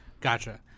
Gotcha